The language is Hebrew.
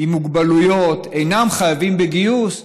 עם מוגבלויות אינם חייבים בגיוס,